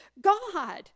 God